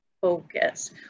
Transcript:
focus